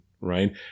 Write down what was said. right